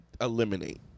eliminate